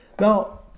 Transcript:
Now